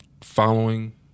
following